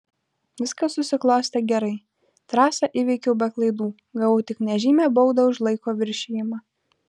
viskas susiklostė gerai trasą įveikiau be klaidų gavau tik nežymią baudą už laiko viršijimą